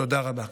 תודה רבה.